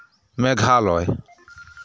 Meghalaya